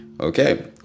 Okay